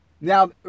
now